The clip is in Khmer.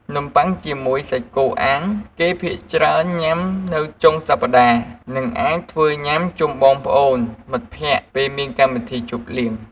នំប័ុងជាមួយសាច់គោអាំងគេច្រើនធ្វើញុាំនៅចុងសប្ដាហ៍និងអាចធ្វើញុាំជុំបងប្អូន មិត្តភក្តិពេលមានកម្មវិធីជប់លៀង។